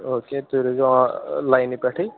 او کے تُہۍ روٗزِیٚو آن لایَنہِ پیٚٹھٕے